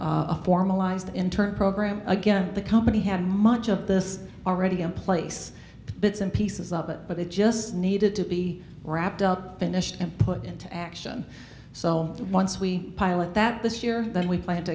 a formalized in turn program again the company had much of this already in place bits and pieces of it but it just needed to be wrapped up finished and put into action so once we pilot that this year then we plan to